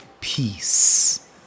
peace